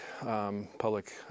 public